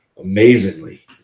amazingly